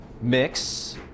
mix